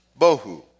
Bohu